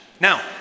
Now